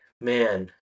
man